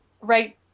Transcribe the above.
right